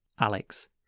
Alex